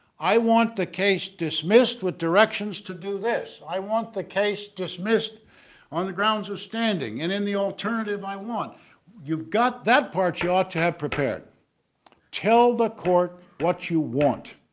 i want the case dismissed with directions to do this? i want the case dismissed on the grounds of standing and in the alternative. i want you've got that part you ought to have prepared tell the court what you want.